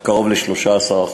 קרוב ל-13%.